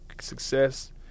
success